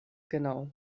genau